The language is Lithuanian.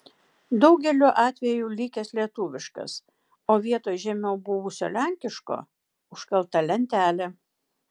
daugeliu atveju likęs lietuviškas o vietoj žemiau buvusio lenkiško užkalta lentelė